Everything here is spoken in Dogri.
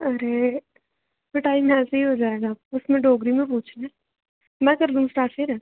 अरे पर टाईम ऐसे ही हो जाएगा उसमें डोगरी में पूछना है में कर दूं स्टार्ट फिर